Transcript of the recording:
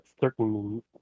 certain